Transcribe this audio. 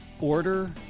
order